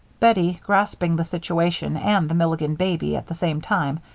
bettie, grasping the situation and the milligan baby at the same time,